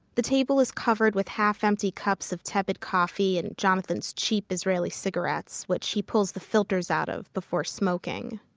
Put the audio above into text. the table is covered with half-empty cups of tepid coffee and jonathan's cheap israeli cigarettes, which he pulls the filters out of before smoking.